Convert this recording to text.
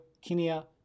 Kenya